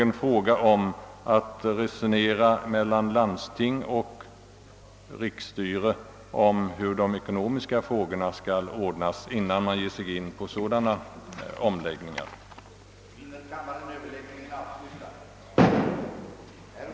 Landsting och riksstyrelse måste nog resonera om hur de ekonomiska frågorna skall ordnas, innan dylika omläggningar påbörjas. att avhjälpa läkarbristen i Norrland